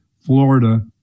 Florida